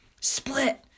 Split